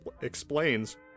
explains